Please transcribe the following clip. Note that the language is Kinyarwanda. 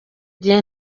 igihe